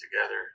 together